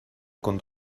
con